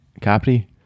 capri